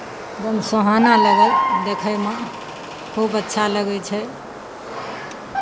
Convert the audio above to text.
एकदम सोहाना लगल देखयमे खूब अच्छा लगै छै